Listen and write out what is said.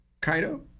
Kaido